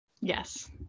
Yes